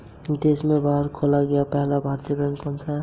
देश के बाहर खोला गया पहला भारतीय बैंक कौन सा था?